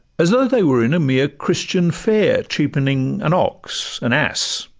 as though they were in a mere christian fair cheapening an ox, an ass,